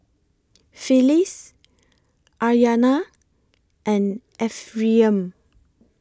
Phyllis Aryana and Ephriam